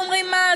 ואומרים: מה,